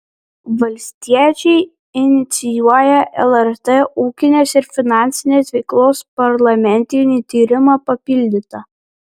valstiečiai inicijuoja lrt ūkinės ir finansinės veiklos parlamentinį tyrimą papildyta